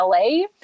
LA